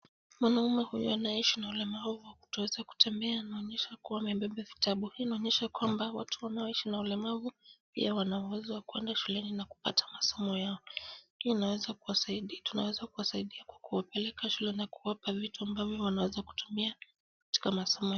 Mwanaume huyu anayeishi na ulemavu wa kutoweza kutembea anaonyesha kuwa amebeba vitabu. Hii inaonyesha kwamba watu wanaoishi na ulemavu pia wana uwezo wa kwenda shuleni na kupata masomo yao. Hi inaweza kuwa tunaweza kuwasaidia kuwapeleka shuleni na kuwapa vitu amavyo wanavyoweza kutumia katika masomo yao.